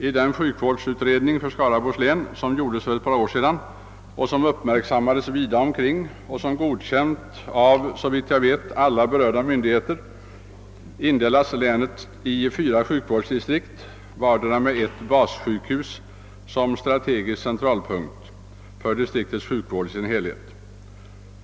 I den sjukvårdsutredning för Skaraborgs län som gjordes för ett par år sedan — den uppmärksammades vida omkring — och som godkänts av, såvitt jag vet, alla berörda myndigheten indelas länet i fyra sjukvårdsdistrikt, vartdera med ett bassjukhus som strategisk centralpunkt för distriktets sjukvård i dess helhet.